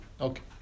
Okay